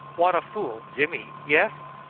what a fool, jimmy, yes!